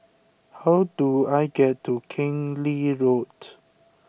how do I get to Keng Lee Road